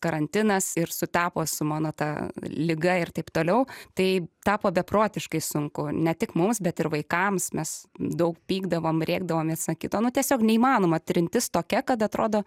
karantinas ir sutapo su mano ta liga ir taip toliau tai tapo beprotiškai sunku ne tik mums bet ir vaikams mes daug pykdavom rėkdavom viens ant kito nu tiesiog neįmanoma trintis tokia kad atrodo